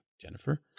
jennifer